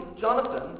Jonathan